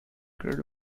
grade